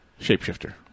Shapeshifter